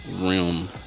realm